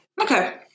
Okay